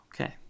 okay